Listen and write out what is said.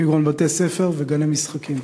כגון בתי-ספר וגני-משחקים.